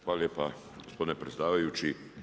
Hvala lijepa gospodine predsjedavajući.